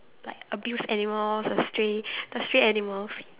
like abused animals the stray the stray animals